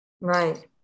right